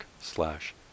slash